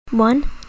One